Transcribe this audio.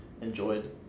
enjoyed